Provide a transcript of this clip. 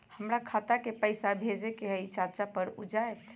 हमरा खाता के पईसा भेजेए के हई चाचा पर ऊ जाएत?